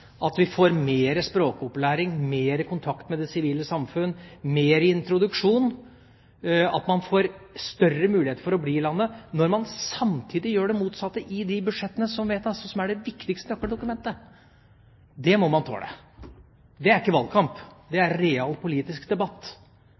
at man får mer språkopplæring, mer kontakt med det sivile samfunn, mer introduksjon, at man får større muligheter til å bli i landet, når man samtidig gjør det motsatte i budsjettet, som er det viktigste nøkkeldokumentet. Det må man tåle. Det er ikke valgkamp. Det